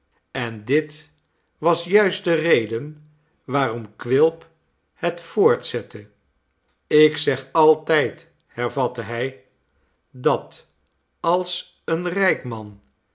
en dit was juist de reden waarom quilp het voortzette ik zeg altijd hervatte hij dat als een rijk man